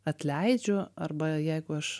atleidžiu arba jeigu aš